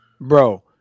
bro